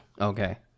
Okay